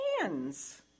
hands